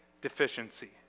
deficiency